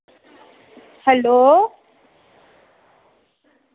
hello